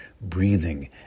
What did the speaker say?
breathing